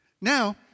Now